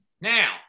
Now